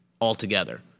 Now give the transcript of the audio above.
altogether